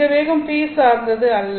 இந்த வேகம் ஃபேஸ் சார்ந்தது இல்லை